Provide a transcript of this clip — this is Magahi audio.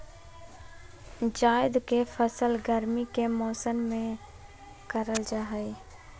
जायद के फसल गर्मी के मौसम में करल जा हइ